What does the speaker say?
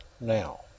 now